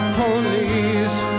police